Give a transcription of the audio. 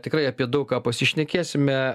tikrai apie daug ką pasišnekėsime